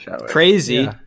crazy